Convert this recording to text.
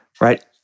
right